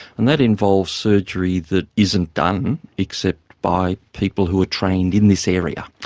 and that involves surgery that isn't done except by people who are trained in this area.